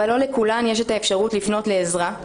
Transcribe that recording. אבל לא לכולן יש את האפשרות לפנות לעזרה.